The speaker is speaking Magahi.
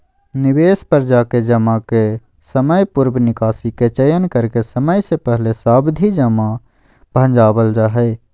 निवेश पर जाके जमा के समयपूर्व निकासी के चयन करके समय से पहले सावधि जमा भंजावल जा हय